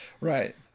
Right